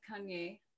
Kanye